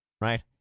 Right